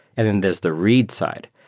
and then there's the read side.